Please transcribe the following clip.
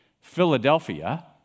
Philadelphia